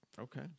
Okay